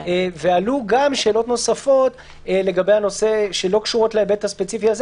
עלו גם שאלות שלא קשורות להיבט הספציפי הזה